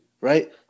right